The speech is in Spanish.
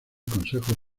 consejo